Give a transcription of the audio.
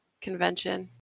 Convention